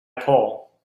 pull